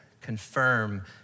confirm